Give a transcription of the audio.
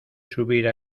subir